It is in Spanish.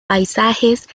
paisajes